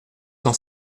dans